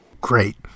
Great